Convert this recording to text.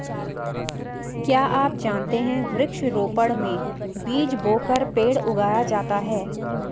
क्या आप जानते है वृक्ष रोपड़ में बीज बोकर पेड़ उगाया जाता है